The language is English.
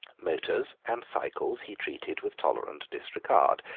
motors and cycles he treated with tolerant disregard,